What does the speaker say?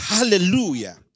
Hallelujah